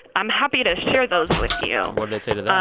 i'm happy to share those with you what did they say to that?